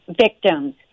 victims